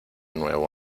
nuevo